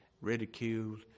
ridiculed